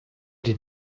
die